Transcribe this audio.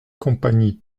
compagnie